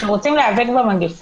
אז לא יהיה דיון.